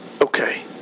okay